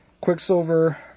Quicksilver